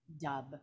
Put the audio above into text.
dub